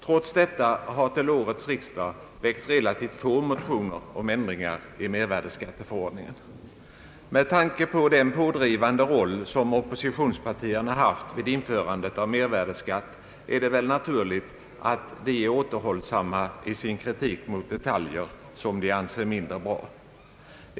Trots detta har till årets riksdag väckts relativt få motioner om ändringar i mervärdeskatteförordningen. Med tanke på den pådrivande roll som oppositinspartierna haft vid införande av mervärdeskatt är det väl naturligt att de är återhållsamma i sin kritik mot detaljer som de anser mindre bra.